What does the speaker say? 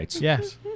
Yes